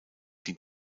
die